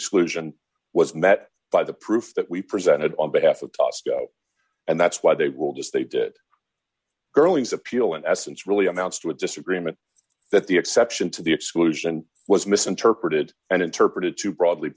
exclusion was met by the proof that we presented on behalf of tosca and that's why they will just they did girlies appeal in essence really amounts to a disagreement that the exception to the exclusion was misinterpreted and interpreted too broadly